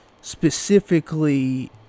specifically